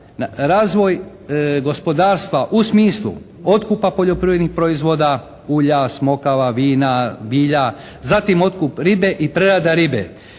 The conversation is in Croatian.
razvoj gospodarstva u smislu otkupa poljoprivrednih proizvoda, ulja, smokava, vina, bilja, zatim otkup ribe i prerada ribe.